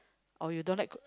or you don't like